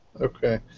Okay